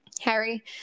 Harry